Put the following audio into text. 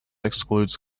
excludes